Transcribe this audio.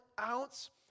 ounce